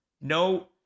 No